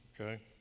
okay